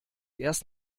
erst